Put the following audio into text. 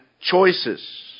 choices